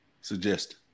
suggest